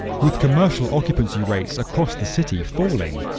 with commercial occupancy rates across the city falling,